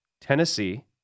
Tennessee